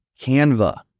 Canva